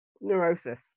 neurosis